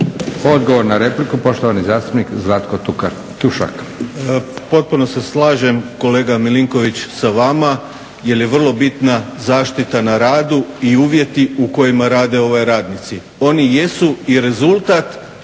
Zlatko (Hrvatski laburisti - Stranka rada)** Potpuno se slažem kolega MIlinković sa vama jel je vrlo bitna zaštita na radu i uvjeti u kojima rade radnici. Oni jesu i rezultat